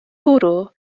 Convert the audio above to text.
برو